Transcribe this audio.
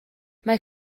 mae